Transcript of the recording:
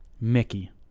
mickey